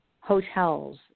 hotels